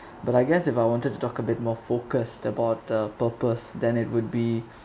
but I guess if I wanted to talk a bit more focused about the purpose then it would be